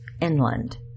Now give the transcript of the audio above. inland